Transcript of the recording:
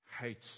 hates